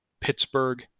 Pittsburgh